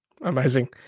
Amazing